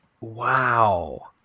wow